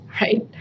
right